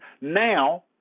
now